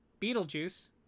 Beetlejuice